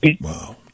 Wow